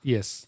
Yes